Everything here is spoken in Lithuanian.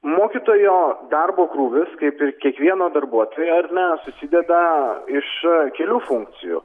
mokytojo darbo krūvis kaip ir kiekvieno darbuotojo ar ne susideda iš kelių funkcijų